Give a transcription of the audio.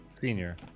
Senior